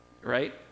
Right